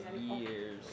years